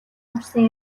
орсон